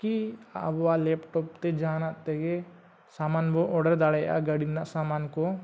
ᱠᱤ ᱟᱵᱚᱣᱟᱜ ᱞᱮᱚᱴᱚᱯ ᱛᱮ ᱡᱟᱦᱟᱱᱟᱜ ᱛᱮᱜᱮ ᱥᱟᱢᱟᱱ ᱵᱚ ᱚᱰᱟᱨ ᱫᱟᱲᱮᱭᱟᱜᱼᱟ ᱜᱟᱹᱰᱤ ᱨᱮᱱᱟᱜ ᱥᱟᱢᱟᱱ ᱠᱚ